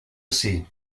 ací